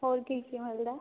ਹੋਰ ਕੀ ਕੀ ਮਿਲਦਾ